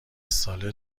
ساله